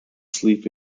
sleep